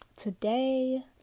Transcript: today